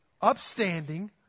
upstanding